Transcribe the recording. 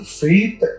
faith